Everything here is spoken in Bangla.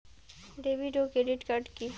ডেভিড ও ক্রেডিট কার্ড কি?